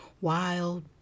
wild